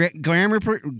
glamour